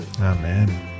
Amen